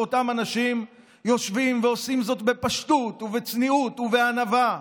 שאותם אנשים יושבים ועושים זאת בפשטות ובצניעות ובענווה.